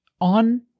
on